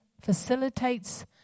facilitates